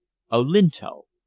olinto.